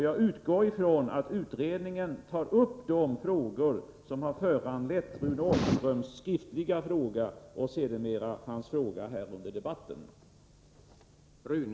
Jag utgår ifrån att utredningen tar upp de problem som har föranlett Rune Ångströms skriftliga fråga och sedermera hans fråga här under debatten.